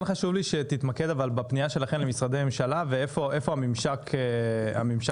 כן חשוב לי שתתמקד בפנייה שלכם למשרדי הממשלה ואיפה הממשק שם,